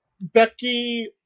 Becky